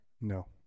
No